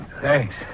Thanks